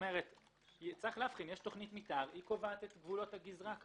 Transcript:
יש תכנית מתאר, היא קובעת את גבולות הגזרה.